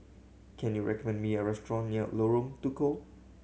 can you recommend me a restaurant near Lorong Tukol